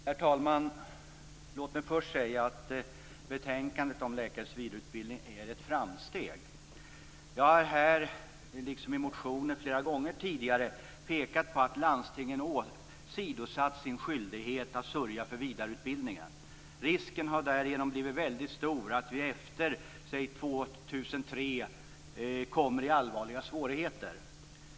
Herr talman! Låt mig först säga att betänkandet om läkares vidareutbildning är ett framsteg. Jag har här liksom i motioner flera gånger tidigare pekat på att landstingen åsidosatt sin skyldighet att sörja för vidareutbildningen. Risken har därigenom blivit väldigt stor att vi efter, säg, år 2003 kommer i allvarliga svårigheter.